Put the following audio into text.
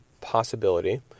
possibility